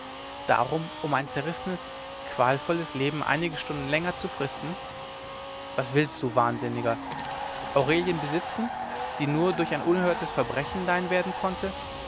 darum um ein zerrissenes qualvolles leben einige stunden länger zu fristen was willst du wahnsinniger aurelien besitzen die nur durch ein unerhörtes verbrechen dein werden konnte